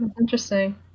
interesting